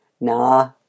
Nah